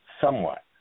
somewhat